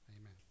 Amen